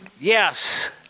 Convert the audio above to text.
Yes